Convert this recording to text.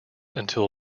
until